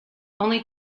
only